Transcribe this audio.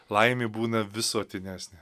laimė būna visuotinesnė